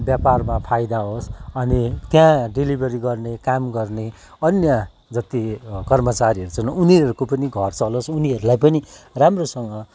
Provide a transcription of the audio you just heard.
व्यापारमा फाइदा होस् अनि त्यहाँ डेलिभरी गर्ने काम गर्ने अन्य जति काम गर्ने कर्मचारीहरू छन् उनीहरूको पनि घर चलोस् उनीहरूलाई पनि राम्रो सङ